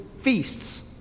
feasts